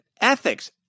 ethics